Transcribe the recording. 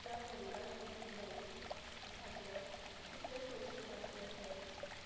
म्हज्या बडौढा यू पी बँक खात्यांत कितले पयशे बाकी आसा